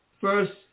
first